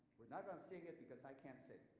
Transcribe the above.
we're not going to sing it because i can't sing.